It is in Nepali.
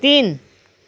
तिन